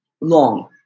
long